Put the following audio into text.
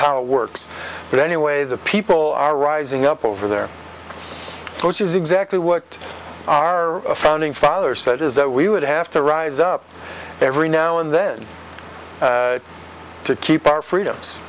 how it works but anyway the people are rising up over there is exactly what our founding fathers said is that we would have to rise up every now and then to keep our freedoms